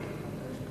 לגבי פליט.